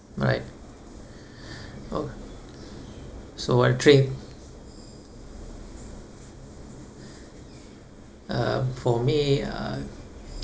right o~ so well trained um for me uh